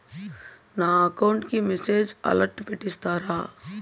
నా అకౌంట్ కి message alert పెట్టిస్తారా